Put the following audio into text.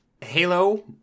halo